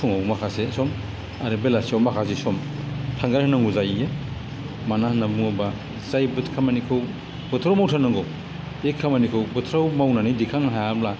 फुङाव माखासे सम आरो बेलासियाव माखासे सम थांगार होनांगौ जायो मानो होनना बुङोबा जाय बोथोरनि खामानिखौ बोथोराव मावथारनांगौ बे खामानिखौ बोथोराव मावनानै दैखांनो हायाब्ला